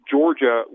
Georgia